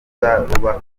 cyangwa